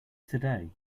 today